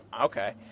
okay